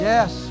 Yes